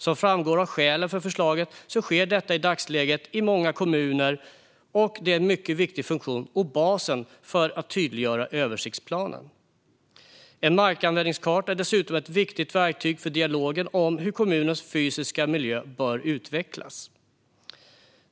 Som framgår av skälen för förslaget sker detta i dagsläget i många kommuner, och det är en mycket viktig funktion och basen för att tydliggöra översiktsplanen. En markanvändningskarta är dessutom ett viktigt verktyg för dialogen om hur kommunens fysiska miljö bör utvecklas.